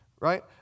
right